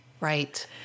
Right